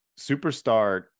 Superstar